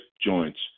joints